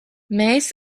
mēs